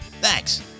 Thanks